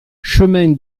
chemin